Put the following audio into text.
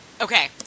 Okay